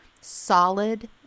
solid